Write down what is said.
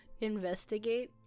investigate